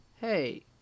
Hey